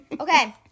Okay